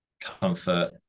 comfort